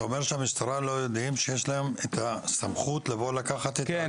אומר שהמשטרה לא יודעת שיש לה את הסמכות לבוא לקחת את ההקלטה?